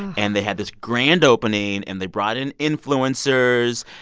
and they had this grand opening, and they brought in influencers.